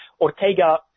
Ortega